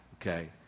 okay